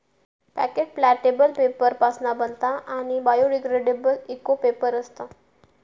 packet plantable paper पासना बनता आणि बायोडिग्रेडेबल इको पेपर असता